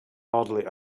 oddly